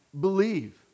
believe